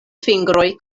fingroj